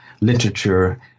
literature